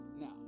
now